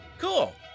cool